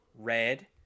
red